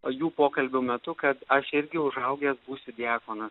jų pokalbių metu kad aš irgi užaugęs būsiu diakonas